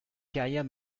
carrière